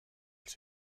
elle